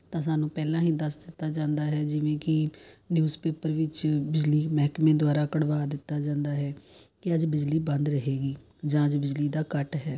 ਤਾਂ ਸਾਨੂੰ ਪਹਿਲਾਂ ਹੀ ਦੱਸ ਦਿੱਤਾ ਜਾਂਦਾ ਹੈ ਜਿਵੇਂ ਕਿ ਨਿਊਜ਼ ਪੇਪਰ ਵਿੱਚ ਬਿਜਲੀ ਮਹਿਕਮੇ ਦੁਆਰਾ ਕਢਵਾ ਦਿੱਤਾ ਜਾਂਦਾ ਹੈ ਕਿ ਅੱਜ ਬਿਜਲੀ ਬੰਦ ਰਹੇਗੀ ਜਾਂ ਅੱਜ ਬਿਜਲੀ ਦਾ ਕੱਟ ਹੈ